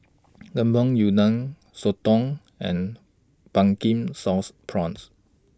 Lemper Udang Soto and Pumpkin Sauce Prawns